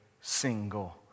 single